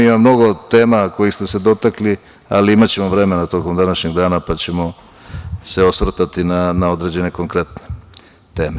Ima mnogo tema kojih ste se dotakli, ali imaćemo vremena tokom današnjeg dana pa ćemo se osvrtati na određene konkretne teme.